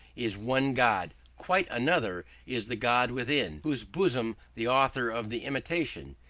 is one god quite another is the god within whose bosom the author of the imitation,